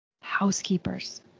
Housekeepers